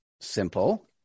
Simple